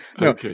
No